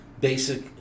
basic